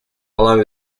along